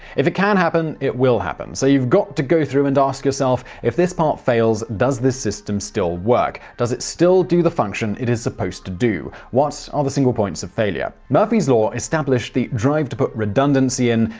if it can happen, it will happen. so you've got to go through and ask yourself, if this part fails, does this system still work, does it still do the function it is supposed to do? what are the single points of failure? murphy's law established the drive to put redundancy in.